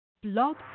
Blog